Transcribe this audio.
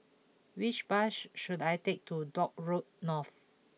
which bash should I take to Dock Road North